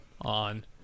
on